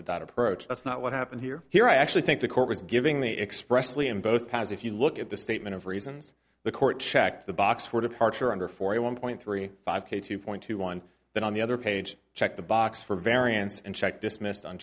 that approach that's not what happened here here i actually think the court was giving the expressly in both paths if you look at the statement of reasons the court checked the box for departure under forty one point three five k two point two one but on the other page check the box for variance and check dismissed on